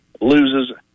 loses